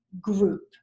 group